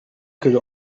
could